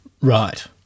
Right